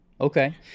Okay